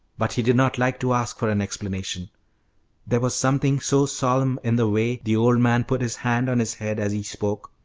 but he did not like to ask for an explanation there was something so solemn in the way the old man put his hand on his head as he spoke,